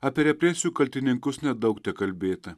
apie represijų kaltininkus nedaug tekalbėta